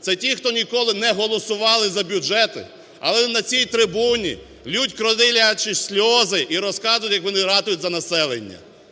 Це ті, хто ніколи не голосували за бюджети, але на цій трибуні ллють крокодилячі сльози і розказують, як вони ратують за населення.